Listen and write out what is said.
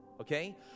Okay